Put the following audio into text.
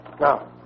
Now